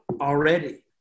already